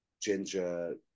ginger